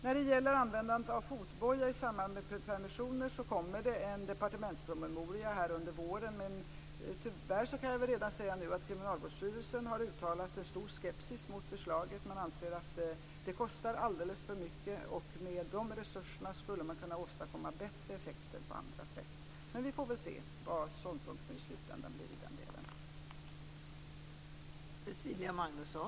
När det gäller användandet av fotboja i samband med permissioner kommer det en departementspromemoria under våren, men tyvärr kan jag redan nu säga att Kriminalvårdsstyrelsen har uttalat en stor skepsis mot förslaget. Man anser att det kostar alldeles för mycket och att man med de resurserna skulle kunna åstadkomma bättre effekter på andra sätt. Men vi får se vad ståndpunkten i slutändan blir i den delen.